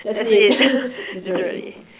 that's it